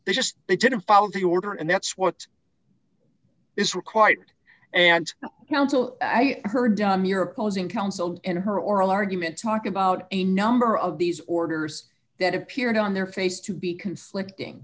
they just they didn't follow the order and that's what it's required and i heard on your opposing counsel in her oral argument talking about a number of these orders that appeared on their face to be conflicting